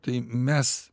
tai mes